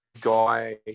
guy